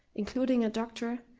including a doctor,